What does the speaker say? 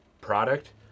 product